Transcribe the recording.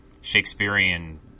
Shakespearean